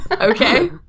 okay